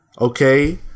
okay